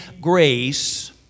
grace